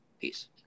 Peace